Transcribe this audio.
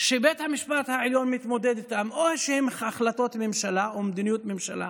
שבית המשפט העליון מתמודד איתן הן או החלטות ממשלה או מדיניות ממשלה